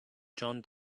jon